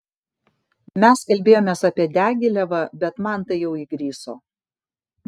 mes kalbėjomės apie diagilevą bet man tai jau įgriso